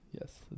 yes